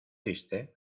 triste